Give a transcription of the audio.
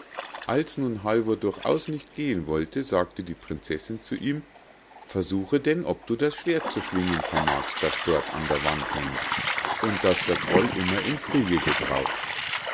als nun halvor durchaus nicht gehen wollte sagte die prinzessinn zu ihm versuche denn ob du das schwert zu schwingen vermagst das dort an der wand hangt und das der troll immer im kriege gebraucht